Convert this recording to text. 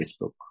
Facebook